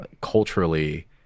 culturally